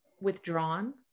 withdrawn